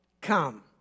come